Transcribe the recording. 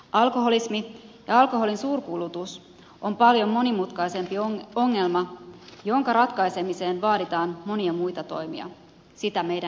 alkoholismi ja alkoholin suurkulutus on paljon monimutkaisempi ongelma jonka ratkaisemiseen vaaditaan monia muita toimia sitä meidän ei pidä unohtaa